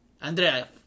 Andrea